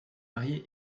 marié